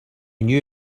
knew